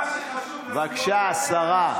בבקשה, השרה.